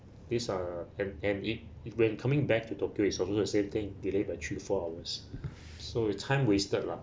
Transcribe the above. these are and and it it when coming back to tokyo is also the same thing delayed by three to four hours so it's time wasted lah